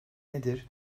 nedir